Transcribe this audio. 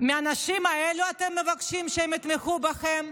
מהאנשים האלה אתם מבקשים שיתמכו בכם?